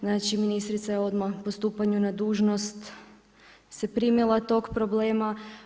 Znači ministrica je odmah po stupanju na dužnost se primila tog problema.